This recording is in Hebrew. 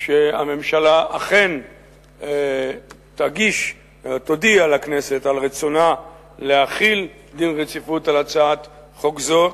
שהממשלה אכן תודיע לכנסת על רצונה להחיל דין רציפות על הצעת חוק זאת,